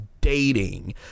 dating